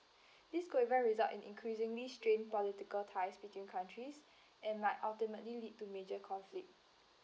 this could even result in increasingly strained political ties between countries and like ultimately lead to major conflict